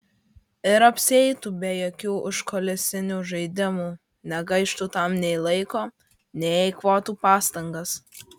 ir apsieitų be jokių užkulisinių žaidimų negaištų tam nei laiko nei eikvotų pastangas